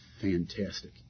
fantastic